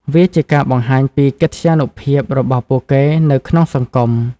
វាជាការបង្ហាញពីកិត្យានុភាពរបស់ពួកគេនៅក្នុងសង្គម។